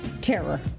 terror